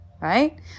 Right